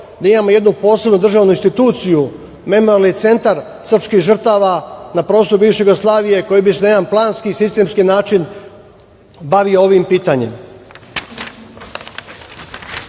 da imamo jednu posebnu državnu instituciju, memorijalni centar srpskih žrtava na prostoru bivše Jugoslavije koji bi se na jedan planski i sistemski način bavio ovim pitanjem.U